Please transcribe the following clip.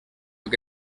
que